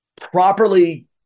properly